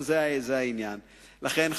לכן,